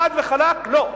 חד וחלק לא.